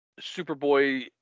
Superboy